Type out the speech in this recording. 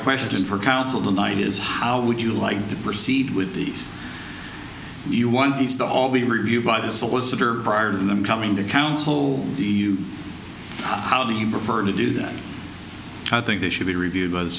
question for council tonight is how would you like to proceed with these you want the stall be reviewed by the solicitor prior to them coming to counsel do you how do you prefer to do that i think they should be reviewed by the